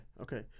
Okay